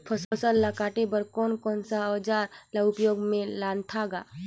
फसल ल काटे बर कौन कौन सा अउजार ल उपयोग में लानथा गा